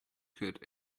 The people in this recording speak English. could